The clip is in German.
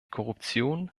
korruption